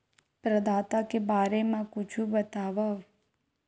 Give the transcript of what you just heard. प्रदाता के बारे मा कुछु बतावव?